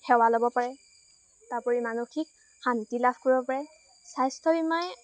সেৱা ল'ব পাৰে তাৰ উপৰি মানসিক শান্তি লাভ কৰিব পাৰে স্বাস্থ্য বীমায়ে